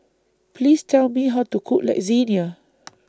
Please Tell Me How to Cook Lasagna